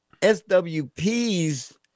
SWPs